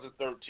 2013